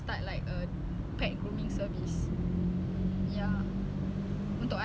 oh my god five more minutes tak rasa macam nak masuk one hour jer